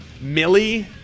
Millie